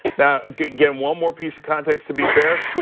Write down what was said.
now, get get one more piece of context to be fair.